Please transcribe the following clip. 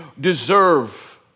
deserve